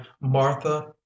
Martha